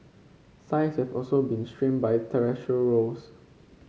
have also been strained by rows